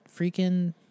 freaking